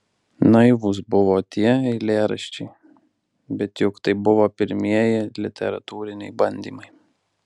naivūs buvo tie eilėraščiai bet juk tai buvo pirmieji literatūriniai bandymai